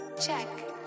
check